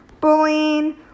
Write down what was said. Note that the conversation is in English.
bullying